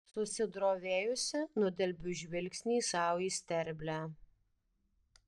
susidrovėjusi nudelbiu žvilgsnį sau į sterblę